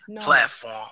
platform